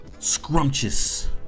scrumptious